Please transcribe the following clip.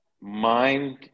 mind